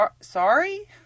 Sorry